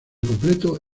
completo